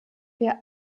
wir